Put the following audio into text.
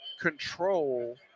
control